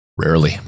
Rarely